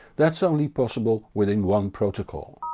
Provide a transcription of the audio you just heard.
that's only possible within one protocol.